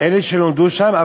אלה שנולדו שם.